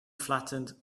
flattened